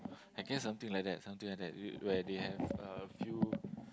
I guess something like that something like that where they have a few